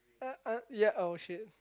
uh uh ya oh shit